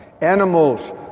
Animals